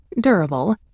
durable